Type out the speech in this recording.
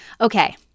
Okay